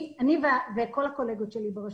אני וכל הקולגות שלי ברשות,